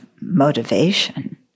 motivation